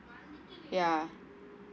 ya